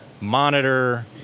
monitor